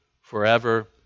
forever